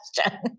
question